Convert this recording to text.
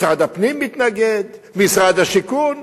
משרד הפנים מתנגד, משרד השיכון.